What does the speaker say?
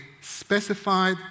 specified